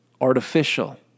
artificial